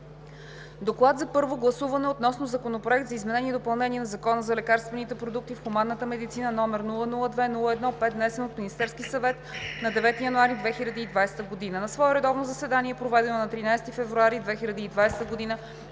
„ДОКЛАД за първо гласуване относно Законопроект за изменение и допълнение на Закона за лекарствените продукти в хуманната медицина, № 002-01-5, внесен от Министерския съвет на 9 януари 2020 г. На свое редовно заседание, проведено на 13 февруари 2020 г.,